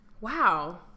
Wow